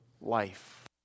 life